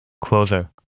closer